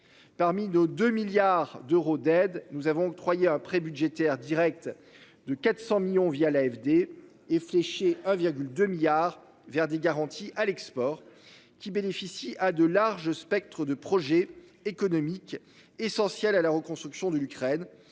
Parmi nos 2 milliards d'euros d'aide nous avons octroyé un prêt budgétaire directe de 400 millions via l'AFD est fléché 1,2 milliard vers des garanties à l'export qui bénéficie à de large spectre de projets économiques. Essentiel à la reconstruction de l'Ukraine.